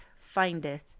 findeth